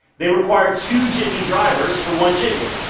they required two jitney drivers for one jitney.